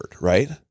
right